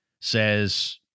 says